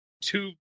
two